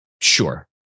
sure